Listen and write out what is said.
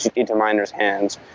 into miner s hands,